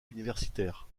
universitaires